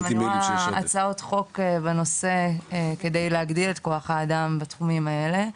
אני גם רואה הצעות חוק כדי להגדיל את כוח האדם בתחומים האלה.